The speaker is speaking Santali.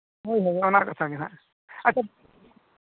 ᱦᱳᱭ ᱦᱳᱭ ᱚᱱᱟ ᱠᱟᱛᱷᱟ ᱜᱮ ᱱᱟᱦᱟᱜ ᱟᱪᱪᱷᱟ